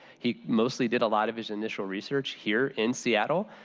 he mostly did a lot of his initial research here in seattle.